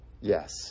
Yes